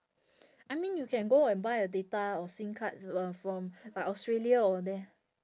I mean you can go and buy a data or S_I_M-card uh from like australia or there